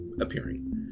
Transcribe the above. appearing